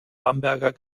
bamberger